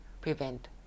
prevent